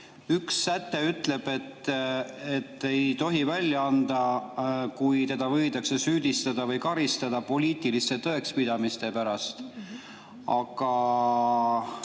Üks säte ütleb, et ei tohi välja anda, kui teda võidakse süüdistada või karistada poliitiliste tõekspidamiste pärast. Aga